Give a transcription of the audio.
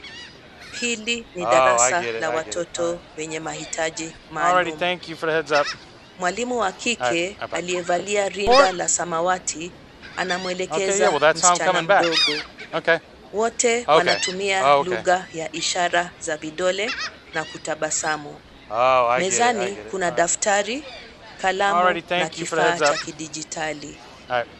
Hili ni darasa la watoto wenye mahitaji maalum. Mwalimu wa kike aliyevalia rinda la samawati anamwelekeza msichana mdogo. Wote wanatumia lugha ya ishara za vidole na kutabasamu. Mezani kuna daftari, kalamu na kifaa cha kidijitali.